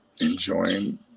enjoying